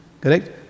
Correct